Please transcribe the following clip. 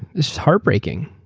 is heartbreaking.